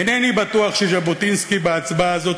אינני בטוח שז'בוטינסקי בהצבעה הזאת